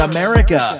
America